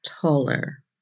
taller